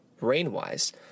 rain-wise